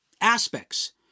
aspects